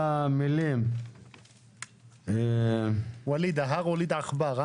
שבמקום המילים --- וואליד, ההר הוליד עכבר.